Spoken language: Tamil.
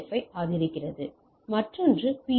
எஃப் ஐ ஆதரிக்கிறது மற்றொரு பி